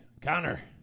Connor